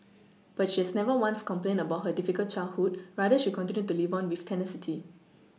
but she has never once complained about her difficult childhood rather she continued to live on with tenacity